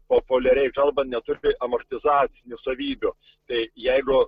populiariai kalbant neturi amortizacinių savybių tai jeigu